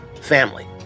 Family